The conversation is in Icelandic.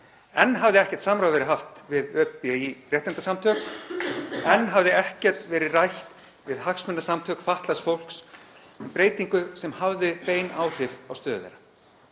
Enn hafði ekkert samráð verið haft við ÖBÍ réttindasamtök. Enn hafði ekkert verið rætt við hagsmunasamtök fatlaðs fólks um breytingu sem hafði bein áhrif á stöðu þess.